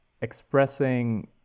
expressing